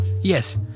Yes